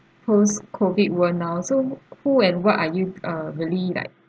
post COVID world now so who and what are you uh really like